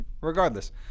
Regardless